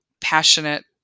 passionate